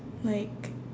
like